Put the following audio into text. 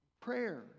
Prayer